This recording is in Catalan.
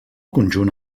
conjunt